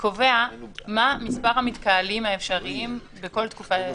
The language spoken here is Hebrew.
שקובע מה מספר המתקהלים האפשריים בכל תקופת זמן.